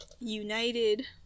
united